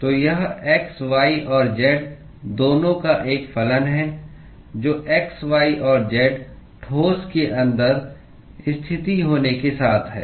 तो यह x y और z दोनों का एक फलन है जो x y और z ठोस के अंदर स्थिति होने के साथ है